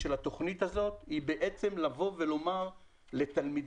העיקרי של התוכנית הזאת היא לבוא ולומר לתלמידים